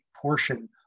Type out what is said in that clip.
portion